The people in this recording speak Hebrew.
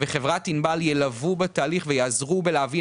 וחברת ענבל ילוו בתהליך ויעזרו להבין